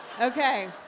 Okay